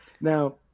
now